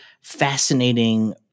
fascinating